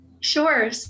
Sure